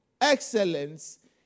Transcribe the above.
Excellence